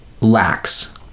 lacks